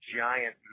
giant